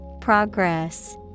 Progress